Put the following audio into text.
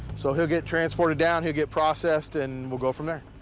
so he'll get transported down, he'll get processed, and we'll go from there.